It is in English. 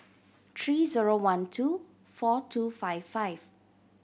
three zero one two four two five five